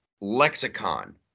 lexicon